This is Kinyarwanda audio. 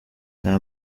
nta